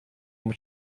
moet